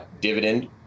dividend